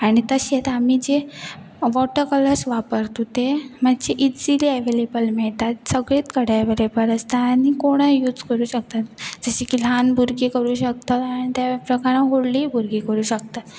आनी तशेंच आमी जे वॉटर कलर्स वापरत ते मातशे इजिली एवेलेबल मेळटात सगळेच कडेन अवेलेबल आसता आनी कोण यूज करूं शकतात जशें की ल्हान भुरगीं करूं शकतात आनी त्या प्रकारां व्हडलीय भुरगीं करूं शकतात